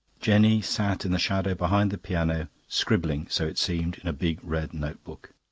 jenny sat in the shadow behind the piano, scribbling, so it seemed, in a big red notebook.